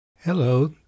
Hello